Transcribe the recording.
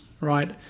right